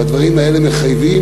והדברים האלה מחייבים,